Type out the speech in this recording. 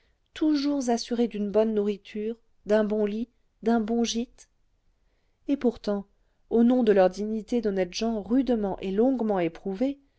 toujours assurés d'une bonne nourriture d'un bon lit d'un bon gîte et pourtant au nom de leur dignité d'honnêtes gens rudement et longuement éprouvée